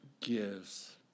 gives